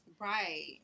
right